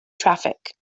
traffic